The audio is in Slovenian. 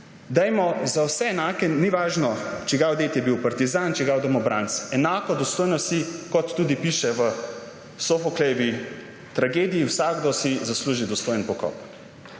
dajmo za vse enako, ni važno, čigav ded je bil partizan, čigav domobranec, enako dostojnost, kot tudi piše v Sofoklejevi tragediji, vsakdo si zasluži dostojen pokop.